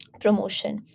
promotion